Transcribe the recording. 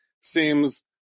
seems